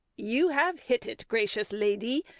you have hit it, gracious lady!